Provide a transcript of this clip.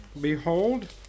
behold